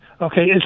Okay